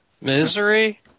Misery